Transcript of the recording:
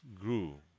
grew